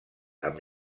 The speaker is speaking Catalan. amb